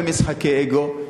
הרבה משחקי אגו.